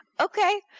Okay